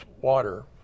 water